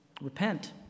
repent